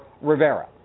Rivera